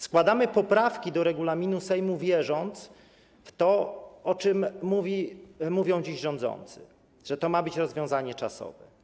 Składamy poprawki do regulaminu Sejmu, wierząc w to, o czym mówią dziś rządzący: że to ma być rozwiązanie czasowe.